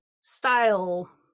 style